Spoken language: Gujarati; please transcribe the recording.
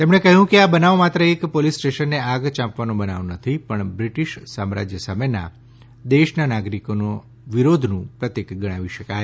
તેમણે કહ્યું કે આ બનાવ માત્ર એક પોલીસ સ્ટેશનને આગ ચાંપવાનો બનાવ નથી પણ બ્રિટિશ સામ્રાજ્ય સામેના દેશના નાગરિકોનું વિરોધનું પ્રતિક ગણાવી શકાય